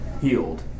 healed